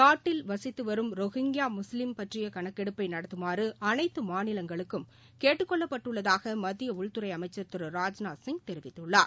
நாட்டில் வசித்து வரும் ரோஹிங்கியா முஸ்லீம் பற்றிய கணக்கெடுப்பை நடத்துமாறு அனைத்து மாநிலங்களும் கேட்டுக்கொள்ளப் பட்டுள்ளதாக மத்திய உள்துறை அமைச்சர் திரு ராஜ்நாத் சிங் தெரிவித்துள்ளார்